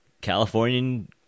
Californian